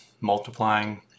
multiplying